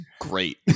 great